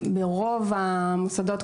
ברוב המוסדות.